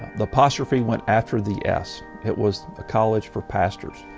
the apostrophe went after the s. it was a college for pastors.